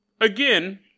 again